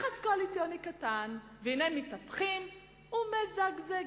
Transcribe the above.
לחץ קואליציוני קטן, והנה מתהפכים ומזגזגים.